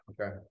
Okay